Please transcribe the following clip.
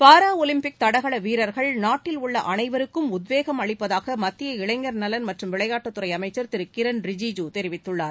para Olympic தடகள வீரர்கள் நாட்டிலுள்ள அனைவருக்கும் உத்வேசம் அளிப்பதாக மத்திய இளைஞர் நலன் மற்றும் விளையாட்டுத்துறை அமைச்சர் திரு கிரண்ரிஜுஜு தெரிவித்துள்ளார்